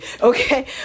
Okay